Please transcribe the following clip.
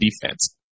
defense